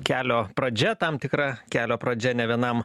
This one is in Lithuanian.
kelio pradžia tam tikra kelio pradžia ne vienam